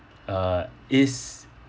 uh is